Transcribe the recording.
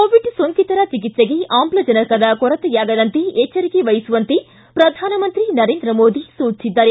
Covid ಸೋಂಕಿತರ ಚಿಕಿತ್ಸೆಗೆ ಆಮ್ಲಜನಕದ ಕೊರತೆಯಾಗದಂತೆ ಎಚ್ವರಿಕೆ ವಹಿಸುವಂತೆ ಪ್ರಧಾನಮಂತ್ರಿ ನರೇಂದ್ರ ಮೋದಿ ಸೂಚಿಸಿದ್ದಾರೆ